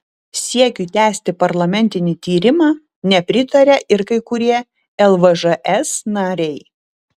siekiui tęsti parlamentinį tyrimą nepritaria ir kai kurie lvžs nariai